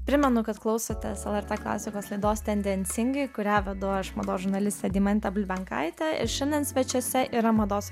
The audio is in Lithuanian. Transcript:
primenu kad klausotės lrt klasikos laidos tendencingai kurią vedu aš mados žurnalistė deimantė bulbenkaitė ir šiandien svečiuose yra mados